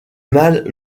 mal